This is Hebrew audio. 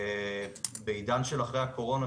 ובעידן של אחרי הקורונה,